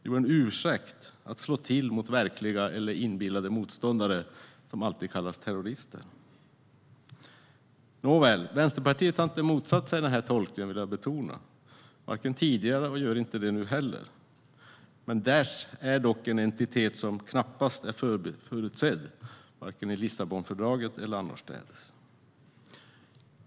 Jo, en ursäkt att slå till mot verkliga eller inbillade motståndare som alltid kallas "terrorister". Nåväl, Vänsterpartiet har inte motsatt sig den här tolkningen - det vill jag betona - varken tidigare eller nu. Daish är dock en entitet som knappast är förutsedd, vare sig i Lissabonfördraget eller annorstädes.